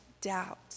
doubt